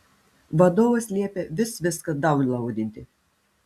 vadovas liepia vis viską daunlaudinti